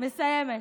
מסיימת.